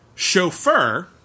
Chauffeur